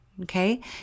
Okay